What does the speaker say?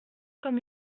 comme